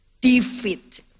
defeat